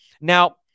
Now